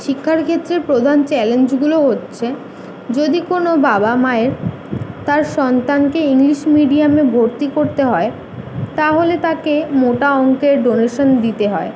শিক্ষার ক্ষেত্রে প্রধান চ্যালেঞ্জগুলো হচ্ছে যদি কোনো বাবা মায়ের তার সন্তানকে ইংলিশ মিডিয়ামে ভর্তি করতে হয় তাহলে তাকে মোটা অঙ্কের ডোনেশন দিতে হয়